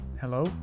Hello